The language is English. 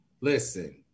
listen